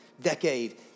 decade